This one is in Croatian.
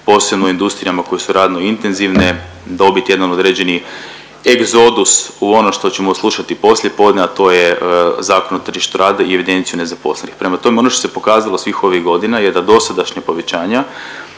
posebno industrijama koje su radno intenzivne, dobit jedan određeni egzodus u ono što ćemo slušati poslijepodne, a to je Zakon o tržištu rada i u evidenciju nezaposlenih. Prema tome, ono što se pokazalo svih ovih godina je da dosadašnja povećanja